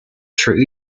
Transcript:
through